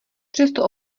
přesto